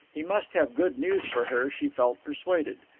he must have good news for her, she felt persuaded.